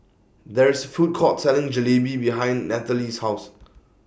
There IS Food Court Selling Jalebi behind Nathalie's House